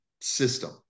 system